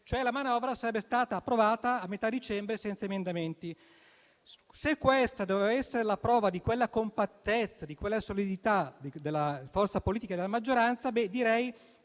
cioè la manovra sarebbe stata approvata a metà dicembre senza emendamenti. Se questa doveva essere la prova di quella compattezza, di quella solidità e della forza politica della maggioranza, direi